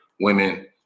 Women